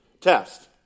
test